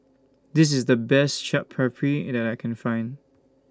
This IS The Best Chaat Papri that I Can Find